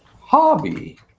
hobby